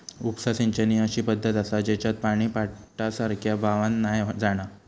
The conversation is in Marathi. उपसा सिंचन ही अशी पद्धत आसा जेच्यात पानी पाटासारख्या व्हावान नाय जाणा